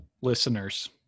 Listeners